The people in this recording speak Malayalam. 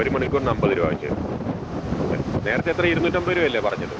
ഒരു മണിക്കൂറിന് അമ്പത് രൂപ വച്ചു ഓക്കെ നേരത്തെ എത്ര ഇരുന്നൂറ്റി അമ്പത് രൂപയല്ലേ പറഞ്ഞത്